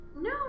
No